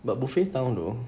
but buffet town though